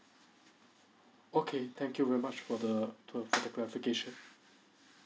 okay thank you very much for the tour for the clarification